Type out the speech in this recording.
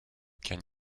can